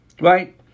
right